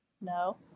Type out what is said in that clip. No